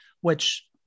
which-